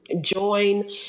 join